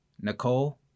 Nicole